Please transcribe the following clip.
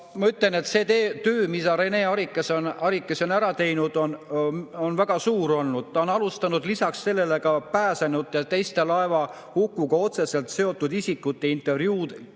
ma ütlen, et see töö, mille Rene Arikas on ära teinud, on väga suur olnud. Ta on alustanud ka pääsenute, teiste laevahukuga otseselt seotud isikute intervjueerimist.